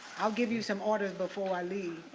ah give you some orders before i leave.